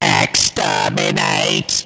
Exterminate